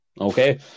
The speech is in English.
Okay